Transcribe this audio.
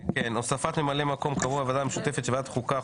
הוספת ממלא מקום קבוע בוועדה המשותפת של ועדת החוקה,